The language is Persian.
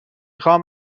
خوام